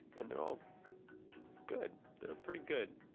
and they're all good. they're pretty good.